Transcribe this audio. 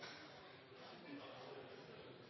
min for